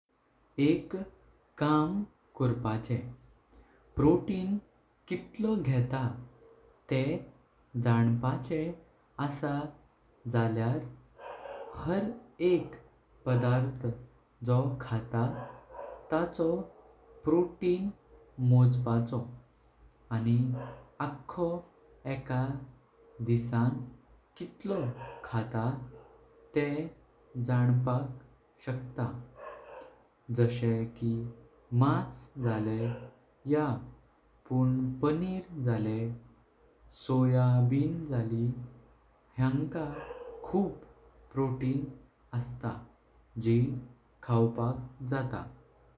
जेवण कमी पैशां बरे क्वालीटीचे रांपाक जायें जाल्यार जेन्ना वस्तु खरिधी करपाक। वोइता तेंना एकदाच खुप मात्रां घेवची जितुं दुकानदार कमी पोशां दितलो। आणि उरलें शित जाऊ किंवा भाजी उडपाची ना पण त्या चो ळिजार करून दुसरी पधारथ तयार करची असल्यां पैशें वाचोळिं बरे खान रांपी।